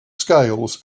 scales